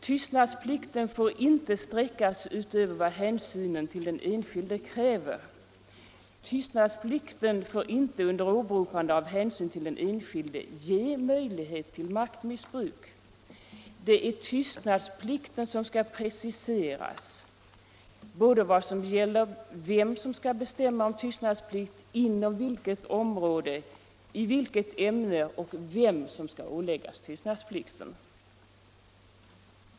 Tystnadsplikten får inte sträckas utöver vad hänsynen till den enskilde kräver. Tystnadsplikten får inte under åberopande av hänsyn till den enskilde ge möjlighet till maktmissbruk. Det är tystnadsplikten som skall pre ciseras i vad gäller vem som skall bestämma om tystnadsplikt, inom vilket område, i vilket ämne och vem som skall åläggas tystnadsplikten.